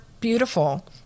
beautiful